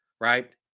right